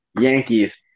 Yankees